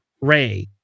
Ray